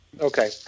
Okay